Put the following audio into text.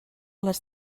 les